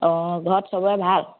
অঁ ঘৰত সবৰে ভাল